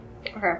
Okay